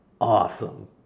awesome